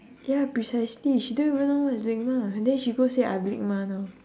ya precisely she don't even know what is LIGMA then she go say I have LIGMA now